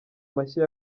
mashya